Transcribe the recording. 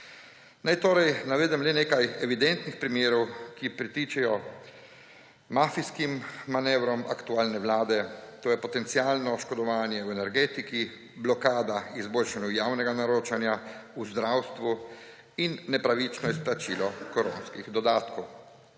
Naj torej navedem le nekaj evidentnih primerov, ki pritičejo mafijskim manevrom aktualne vladne. To so potencialno oškodovanje v energetiki, blokada izboljšanja javnega naročanja v zdravstvu in nepravično izplačilo koronskih dodatkov.